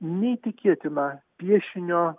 neįtikėtiną piešinio